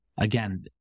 again